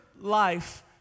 life